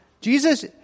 Jesus